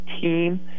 team